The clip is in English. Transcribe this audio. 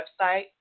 website